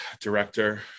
director